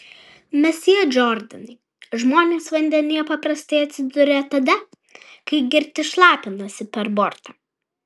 mesjė džordanai žmonės vandenyje paprastai atsiduria tada kai girti šlapinasi per bortą